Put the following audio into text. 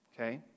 okay